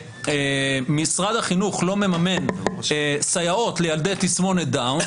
משרד החינוך לא מממן סייעות לילדי תסמונת דאון,